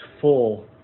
full